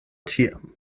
ĉiam